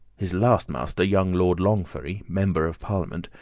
his last master, young lord longferry, member of parliament,